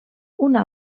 una